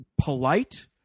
polite